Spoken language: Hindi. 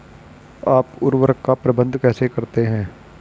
आप उर्वरक का प्रबंधन कैसे करते हैं?